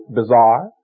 bizarre